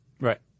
Right